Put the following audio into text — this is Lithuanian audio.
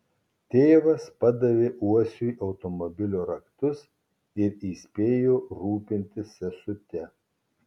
tėvas padavė uosiui automobilio raktus ir įspėjo rūpintis sesute